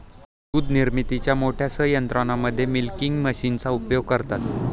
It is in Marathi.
दूध निर्मितीच्या मोठ्या संयंत्रांमध्ये मिल्किंग मशीनचा उपयोग करतात